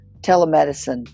telemedicine